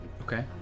Okay